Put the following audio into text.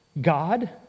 God